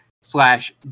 slash